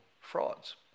frauds